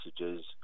messages